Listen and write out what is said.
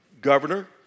governor